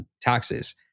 taxes